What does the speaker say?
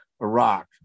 Iraq